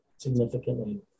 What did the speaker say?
significantly